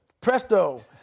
presto